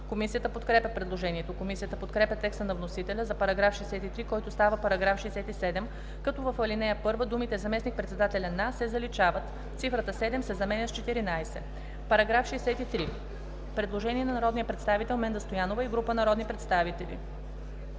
Комисията подкрепя предложението. Комисията подкрепя текста на вносителя за § 63, който става § 67, като в ал. 1 думите „заместник-председателя на“ се заличават, а цифрата „7“ се заменя с „14“. По § 64 има предложение на народния представител Менда Стоянова и група народни представители.